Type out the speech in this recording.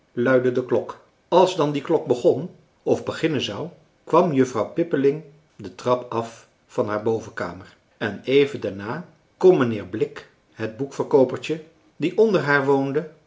luide de klok als dan die klok begon of beginnen zou kwam juffrouw pippeling de trap af van haar bovenkamer en even daarna kon mijnheer blik het boekverkoopertje die onder haar woonde